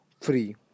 free